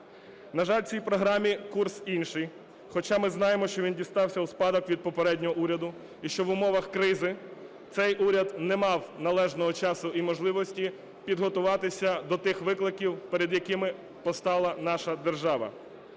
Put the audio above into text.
На жаль, в цій програмі курс інший, хоча ми знаємо, що він дістався у спадок від попереднього уряду і що в умовах кризи цей уряд не мав належного часу і можливості підготуватися до тих викликів, перед якими постала наша держава.